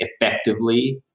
effectively